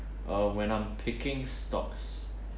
uh when I'm picking stocks